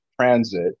transit